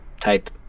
type